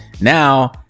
now